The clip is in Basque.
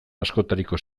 askotariko